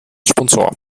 sponsor